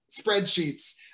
spreadsheets